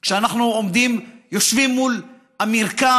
שאנחנו יושבים מול המרקע